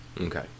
Okay